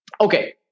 Okay